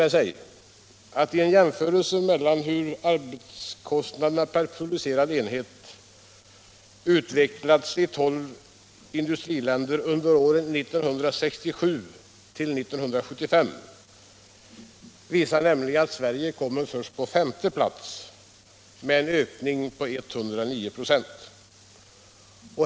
En jämförelse som avser hur arbetskostnaden per producerad enhet utvecklats i tolv industriländer under åren 1967-1975 visar nämligen att Sverige kommer på femte plats med en ökning på 109 96.